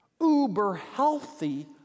uber-healthy